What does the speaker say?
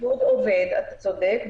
הבידוד עובד, אתה צודק.